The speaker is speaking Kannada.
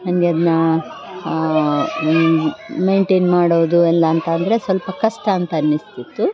ನನಗೆ ಅದನ್ನ ಮೇಯ್ನ್ಟೇನ್ ಮಾಡೋದು ಎಲ್ಲ ಅಂತಂದರೆ ಸ್ವಲ್ಪ ಕಷ್ಟ ಅಂತ ಅನ್ನಿಸ್ತಿತ್ತು